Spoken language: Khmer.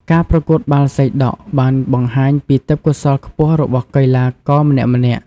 ការប្រកួតបាល់សីដក់បានបង្ហាញពីទេពកោសល្យខ្ពស់របស់កីឡាករម្នាក់ៗ។